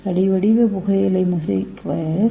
தடி வடிவ புகையிலை மொசைக் வைரஸ் டி